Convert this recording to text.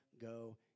go